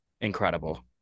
incredible